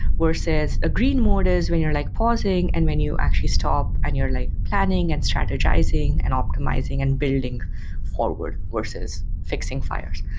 a green mode is when you're like pausing and when you actually stop and you're like planning and strategizing and optimizing and building forward versus fixing fires.